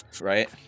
Right